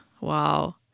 Wow